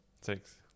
Six